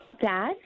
Dad